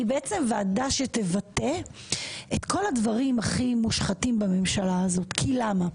היא בעצם ועדה שתבטא את כל הדברים הכי מושחתים בממשלה הזאת ואומר למה.